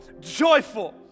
joyful